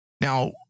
Now